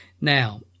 Now